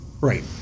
Right